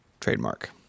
trademark